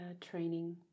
training